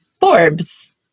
Forbes